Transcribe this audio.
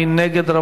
מי נגד?